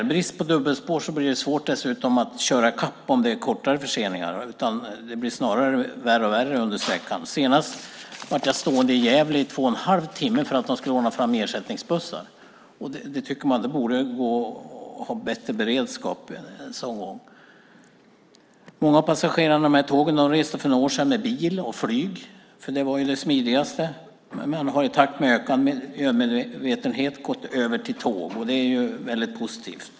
Med bristen på dubbelspår blir det dessutom svårt att köra i kapp om det är kortare förseningar. Det blir snarare värre och värre utmed sträckan. Senast var jag stående i Gävle i två och en halv timme för att de skulle ordna fram ersättningsbussar. Man tycker att det borde gå att ha bättre beredskap än så. Många av passagerarna på de här tågen reste för några år sedan med bil och flyg, för det var det smidigaste. De har i takt med ökad miljömedvetenhet gått över till tåg, och det är väldigt positivt.